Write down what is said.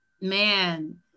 man